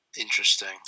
Interesting